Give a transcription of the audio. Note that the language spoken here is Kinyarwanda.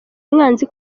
umwanzi